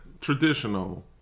traditional